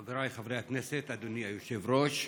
חבריי חברי הכנסת, אדוני היושב-ראש,